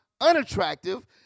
unattractive